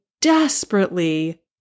desperately